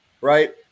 right